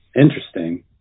Interesting